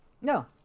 no